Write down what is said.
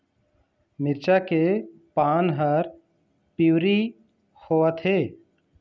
मिरचा के पान हर पिवरी होवथे?